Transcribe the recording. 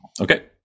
Okay